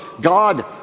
God